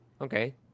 Okay